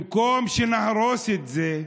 במקום שנהרוס את זה,